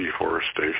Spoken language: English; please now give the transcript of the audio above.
deforestation